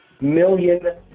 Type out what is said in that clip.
million